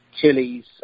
chilies